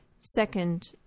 Second